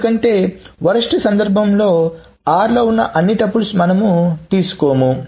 ఎందుకంటే వరెస్ట్ సందర్భంలో r లో ఉన్న అన్ని టుపుల్స్ మనము తీసుకోము